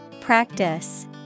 Practice